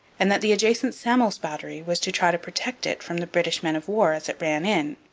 and that the adjacent samos battery was to try to protect it from the british men-of-war as it ran in.